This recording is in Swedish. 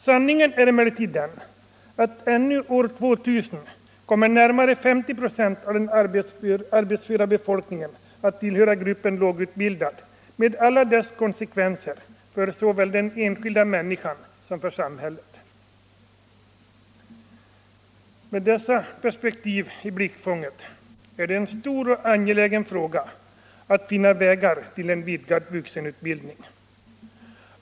Sanningen är emellertid, att ännu år 2000 kommer närmare 50 96 av den arbetsföra befolkningen att tillhöra gruppen lågutbildade med alla de konsekvenser såväl för den enskilda människan som för samhället som det innebär. När man har dessa perspektiv i blickfånget framstår det som en stor och angelägen fråga att finna vägar till en vidgad vuxenutbildning.